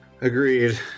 Agreed